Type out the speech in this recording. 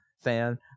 fan